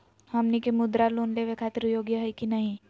हमनी के मुद्रा लोन लेवे खातीर योग्य हई की नही?